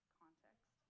context